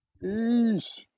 Peace